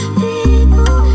people